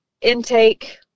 intake